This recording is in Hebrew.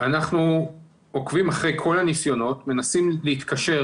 אנחנו עוקבים אחרי כל הניסיונות, מנסים להתקשר